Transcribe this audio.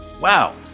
Wow